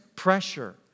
pressure